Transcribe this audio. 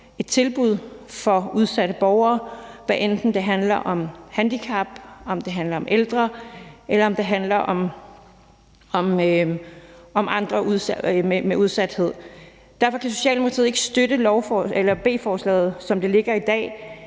et tilbud for udsatte borgere, hvad enten det handler om handicap, om det handler om ældre, eller om det handler om andre udsatte grupper. Derfor kan Socialdemokratiet ikke støtte beslutningsforslaget, som det ligger i dag,